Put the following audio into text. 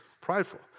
prideful